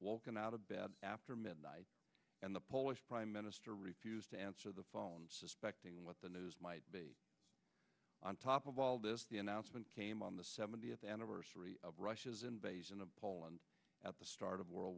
woken out of bed after midnight and the polish prime minister refused to answer the phone suspecting what the news might be on top of all this the announcement came on the seventieth anniversary of russia's invasion of poland at the start of world